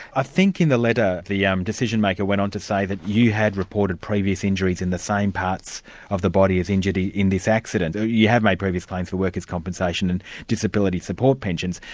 ah think in the letter the yeah um decision-maker went on to say that you had reported previous injuries in the same parts of the body as injured in this accident. you have made previous claims for workers' compensation and disability support pensions.